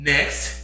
Next